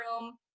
room